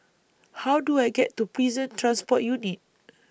How Do I get to Prison Transport Unit